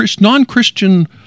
non-Christian